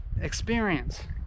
experience